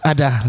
Ada